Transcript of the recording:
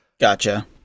gotcha